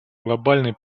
глобальной